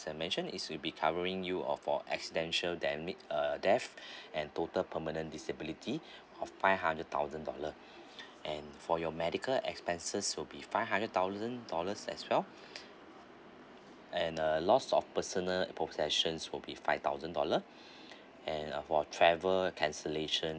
as I mention is will be covering you of for accidental damage uh death and total permanent disability of five hundred thousand dollar and for your medical expenses will be five hundred thousand dollars as well and uh lost of personal possessions will be five thousand dollar an uh for travel cancellation